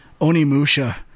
Onimusha